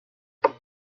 you